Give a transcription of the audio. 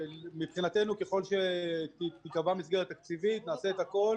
מבחינתנו, ככל שתיקבע מסגרת תקציבית, נעשה את הכול